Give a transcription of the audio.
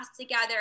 together